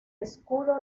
escudo